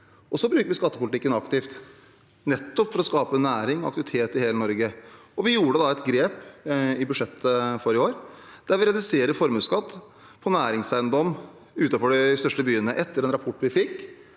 Så bruker vi skattepolitikken aktivt, nettopp for å skape næring og aktivitet i hele Norge. I budsjettet for i år gjorde vi et grep der vi reduserer formuesskatten på næringseiendom utenfor de største byene. Etter den rapporten vi fikk